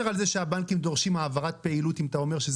על זה שהבנקים דורשים העברת פעילות אם אתה אומר שזה קיים?